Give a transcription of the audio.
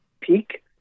peak